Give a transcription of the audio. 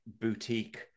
boutique